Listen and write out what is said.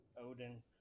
Odin